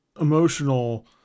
emotional